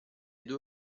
due